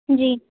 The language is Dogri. जी